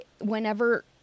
whenever